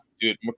dude